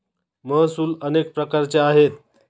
महसूल अनेक प्रकारचे आहेत